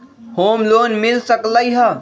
Home loan मिल सकलइ ह?